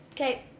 Okay